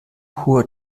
hoher